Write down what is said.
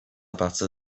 partir